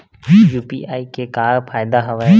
UPI के का फ़ायदा हवय?